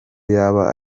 yaba